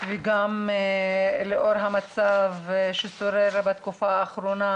וגם לאור המצב ששורר בתקופה האחרונה